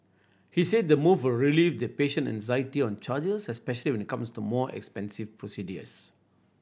he said the move will relieved patient anxiety on charges especially when it comes to more expensive procedures